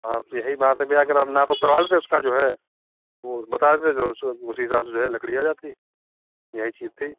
हाँ यही बात है भैया अगर आप नाप ऊप करवा लेते तो उसका जो है वह बता देते जो उसको उसी हिसाब से जो है लकड़ी आ जाती यही चीज़ थी